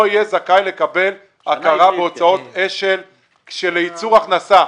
יהיה זכאי לקבל הכרה בהוצאות אש"ל לייצור הכנסה.